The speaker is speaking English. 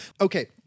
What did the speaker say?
Okay